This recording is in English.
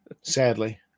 sadly